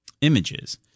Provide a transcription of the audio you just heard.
images